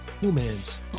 Humans